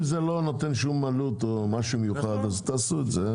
אם זה לא נותן עלות או משהו מיוחד, תעשו את זה.